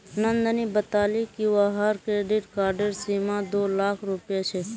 नंदनी बताले कि वहार क्रेडिट कार्डेर सीमा दो लाख रुपए छे